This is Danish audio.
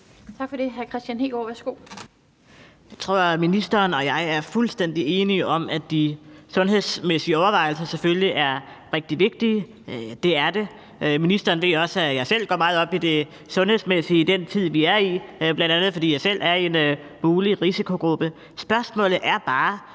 værsgo. Kl. 15:24 Kristian Hegaard (RV): Jeg tror, at ministeren og jeg er fuldstændig enige om, at de sundhedsmæssige overvejelser selvfølgelig er rigtig vigtige. Det er de. Ministeren ved også, at jeg selv går meget op i det sundhedsmæssige i den tid, vi er i, bl.a. fordi jeg selv muligvis er i en risikogruppe. Spørgsmålet er bare,